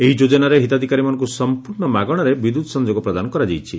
ଏହି ଯୋଜନାରେ ହିତାଧିକାରୀମାନଙ୍କୁ ସଂପୂର୍ଶ୍ଣ ମାଗଣାରେ ବିଦ୍ୟୁତ୍ ସଂଯୋଗ ପ୍ରଦାନ କରାଯାଇଛି